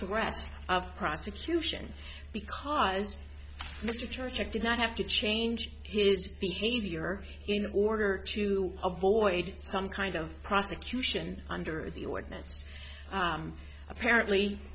threat of prosecution because mr trichet did not have to change his behavior in order to avoid some kind of prosecution under the ordinance apparently